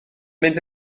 mynd